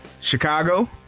Chicago